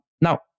Now